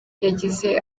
yagize